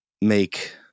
make